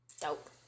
Dope